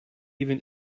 even